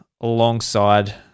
alongside